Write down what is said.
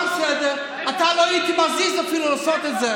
לא, יש לך מסכה גם כשאתה לא לובש מסכה.